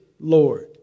Lord